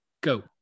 Go